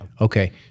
Okay